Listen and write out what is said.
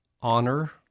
honor